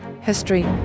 history